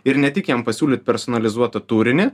ir ne tik jam pasiūlyt personalizuotą turinį